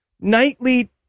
nightly